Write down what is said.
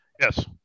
Yes